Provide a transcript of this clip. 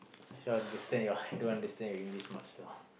I also don't understand your don't understand your English much lah